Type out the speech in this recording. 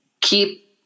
keep